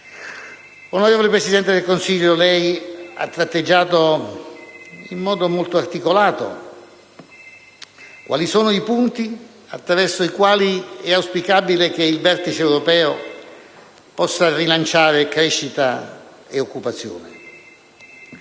Onorevole Presidente del Consiglio, lei ha tratteggiato in modo molto articolato quali sono i punti attraverso i quali è auspicabile che il vertice europeo possa rilanciare crescita e occupazione.